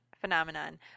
phenomenon